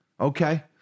okay